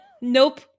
Nope